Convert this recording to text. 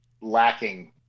lacking